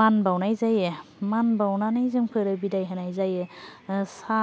मान बावनाय जायो मान बावनानै जोंफोर बिदाय होनाय जायो सा